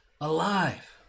Alive